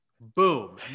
Boom